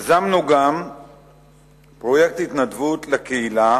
יזמנו גם פרויקט התנדבות בקהילה